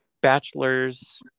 bachelor's